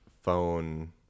phone –